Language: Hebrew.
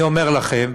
אני אומר לכם